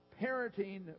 parenting